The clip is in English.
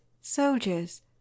soldiers